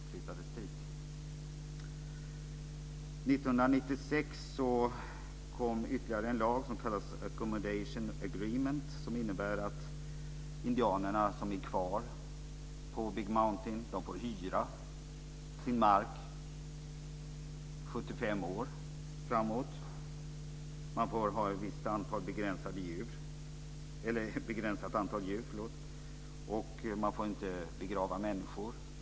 År 1996 kom ytterligare en lag, som kallades accommodation agreement, som innebär att indianerna som är kvar på Big Mountain får hyra sin mark i 75 år framåt. Man får ha ett begränsat antal djur. Man får inte begrava människor.